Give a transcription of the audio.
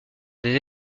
des